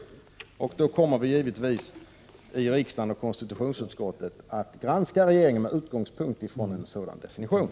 Då kommer vi givetvis i riksdagen och i konstitutionsutskottet att granska regeringen med utgångspunkt i en sådan definition.